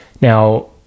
now